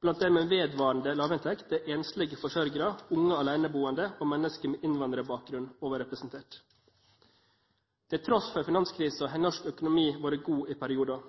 Blant dem med vedvarende lavinntekt er enslige forsørgere, unge aleneboende og mennesker med innvandrerbakgrunn overrepresentert. Til tross for finanskrisen har norsk økonomi vært god i perioden.